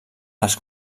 als